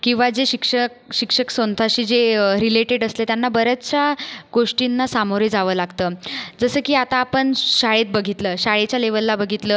किंवा जे शिक्षक शिक्षक स्वतःशी जे रिलेटेड असले त्यांना बऱ्याचशा गोष्टींना सामोरे जावं लागतं जसं की आता आपण शाळेत बघितलं शाळेच्या लेव्हलला बघितलं